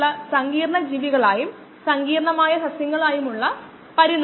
species സെല്ലുകൾക്ക് സംഭവിക്കാവുന്നതെല്ലാം നമ്മൾ പരിഗണിക്കുകയാണെങ്കിൽ ഇതാണ്